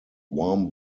warm